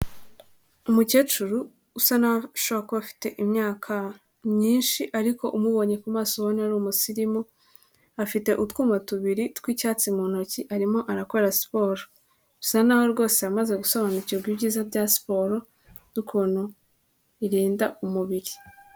Umukecuru usa n'aho ashobora kuba afite imyaka myinshi ariko umubonye ku maso ubona ari umusirimu, afite utwuma tubiri tw'icyatsi mu ntoki arimo arakora siporo. Bisa n'aho rwose yamaze gusobanukirwa ibyiza bya siporo n'ukuntu irinda umubiri.